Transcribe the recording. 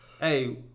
hey